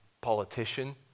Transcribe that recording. politician